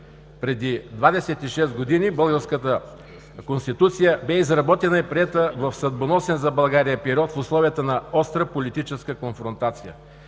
Преди 26 години българската Конституция бе изработена и приета в съдбоносен за България период в условията на остра политическа конфронтация.